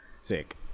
sick